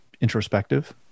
introspective